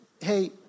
hey